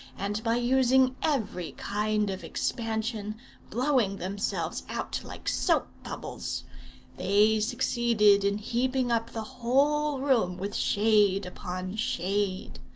and by using every kind of expansion blowing themselves out like soap-bubbles they succeeded in heaping up the whole room with shade upon shade.